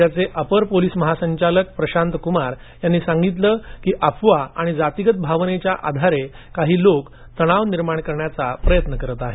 राज्याचे अपर पोलीस महासंचालक प्रसंत कुमार यांनी सांगितलं की अफवा आणि जातिगत भावनेच्या आधारे काही लॉक तणाव निर्माण करण्याचा प्रयत्न करीत आहेत